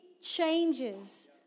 changes